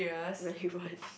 really won't